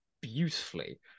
beautifully